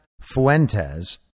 Fuentes